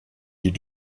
die